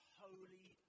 holy